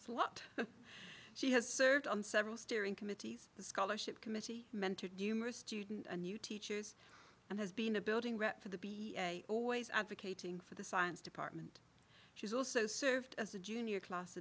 what she has served on several steering committees the scholarship committee mentored new merced juden a new teachers and has been a building rep for the be a always advocating for the science department she's also served as a junior class